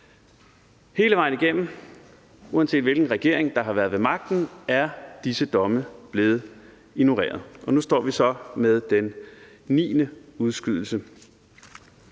Hele vejen igennem, uanset hvilken regering der har været ved magten, er disse domme blevet ignoreret, og nu står vi så med den niende udskydelse.